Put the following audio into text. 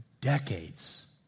decades